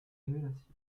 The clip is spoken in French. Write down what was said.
révélation